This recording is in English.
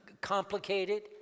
complicated